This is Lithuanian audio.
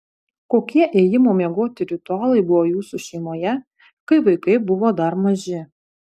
kokie ėjimo miegoti ritualai buvo jūsų šeimoje kai vaikai buvo dar maži